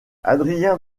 adrien